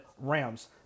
Rams